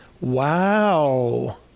Wow